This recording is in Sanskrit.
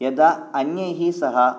यथा अन्यैः सह